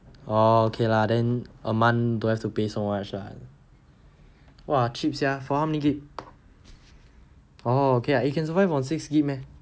okay lah then a month don't have to pay so much lah !wah! cheap sia for how many gb oh okay lah you can survive on six gb meh